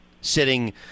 sitting